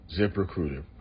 ZipRecruiter